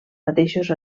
mateixos